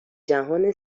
جهان